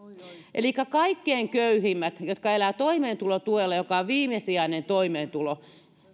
elikkä kaikkein köyhimmiltä jotka elävät toimeentulotuella joka on viimesijainen toimeentulo